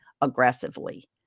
aggressively